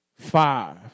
Five